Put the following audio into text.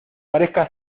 parezca